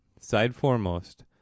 side-foremost